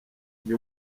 jya